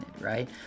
right